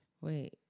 Wait